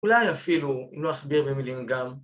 אולי אפילו אם לא אכביר במילים גם